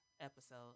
episode